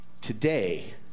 Today